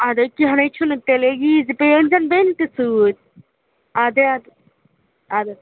اَدے کیٚنٛہہ نَے چھُنہٕ تیٚلے یی زِ بیٚیہِ أنۍ زَن بیٚنہِ تہِ سۭتۍ اَدے اَدٕ